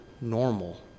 normal